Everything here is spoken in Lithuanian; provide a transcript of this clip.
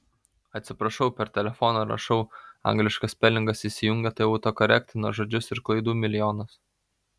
atsiprašau per telefoną rašau angliškas spelingas įsijungia tai autokorektina žodžius ir klaidų milijonas